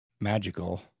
magical